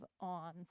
on